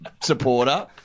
supporter